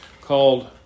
called